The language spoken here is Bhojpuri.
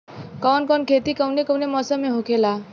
कवन कवन खेती कउने कउने मौसम में होखेला?